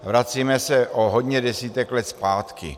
Vracíme se o hodně desítek let zpátky.